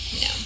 No